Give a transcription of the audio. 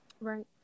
right